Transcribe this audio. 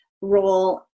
role